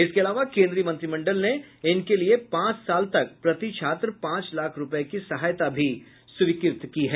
इसके अलावा केन्द्रीय मंत्रिमंडल ने इनके लिए पांच साल तक प्रति छात्र पांच लाख रूपये की सहायता भी स्वीकृत की है